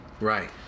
Right